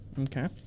okay